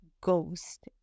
Ghost